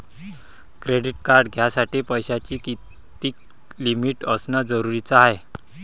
Credit card घ्यासाठी पैशाची कितीक लिमिट असनं जरुरीच हाय?